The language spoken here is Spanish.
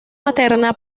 materna